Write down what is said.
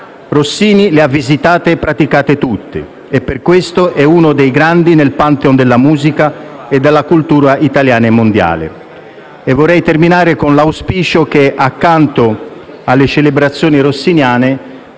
Rossini le ha visitate e praticate tutte e per questo è uno dei grandi nel *pantheon* della musica e della cultura italiana e mondiale. Vorrei concludere con l'auspicio che, accanto alle celebrazioni rossiniane,